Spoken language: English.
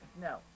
No